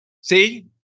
See